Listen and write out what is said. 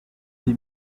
des